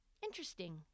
Interesting